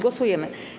Głosujemy.